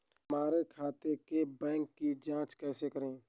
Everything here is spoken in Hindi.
हमारे खाते के बैंक की जाँच कैसे करें?